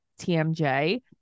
TMJ